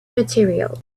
material